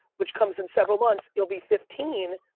which comes in several months, it'll be fifteen,